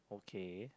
okay